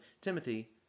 Timothy